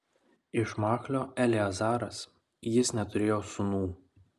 iš machlio eleazaras jis neturėjo sūnų